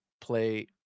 play